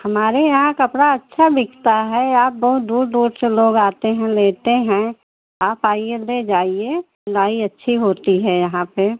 हमारे यहाँ कपड़ा अच्छा बिकता है आप बहुत दूर दूर से लोग आते हैं लेते हैं आप आइए दे जाइए सिलाई अच्छी होती है यहाँ पे